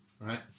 Right